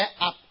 up